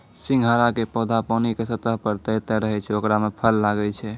सिंघाड़ा के पौधा पानी के सतह पर तैरते रहै छै ओकरे मॅ फल लागै छै